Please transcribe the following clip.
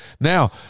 now